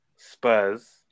Spurs